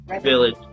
Village